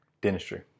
dentistry